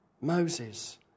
Moses